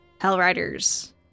Hellriders